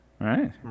Right